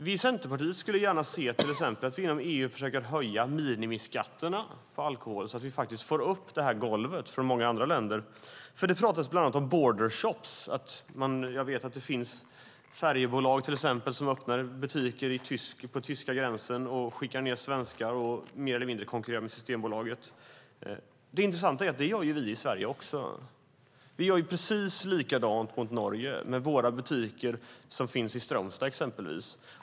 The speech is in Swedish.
Vi i Centerpartiet skulle gärna se att vi inom EU försöker höja minimiskatterna på alkohol så att vi får upp golvet i många andra länder. Det talas bland annat om bordershops. Jag vet att det finns färjebolag som öppnar butiker vid tyska gränsen, dit de skickar ned svenskar och mer eller mindre konkurrerar med Systembolaget. Det intressanta är att vi gör samma sak i Sverige. Vi gör precis likadant mot Norge med våra butiker som finns i Strömstad exempelvis.